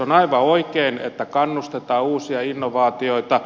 on aivan oikein että kannustetaan uusia innovaatioita